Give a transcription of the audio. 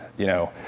you know,